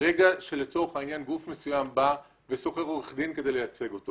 ברגע שגוף מסוים שוכר עורך דין על מנת שהלה ייצג אותו